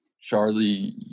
Charlie